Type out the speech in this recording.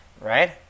right